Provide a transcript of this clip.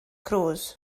cruise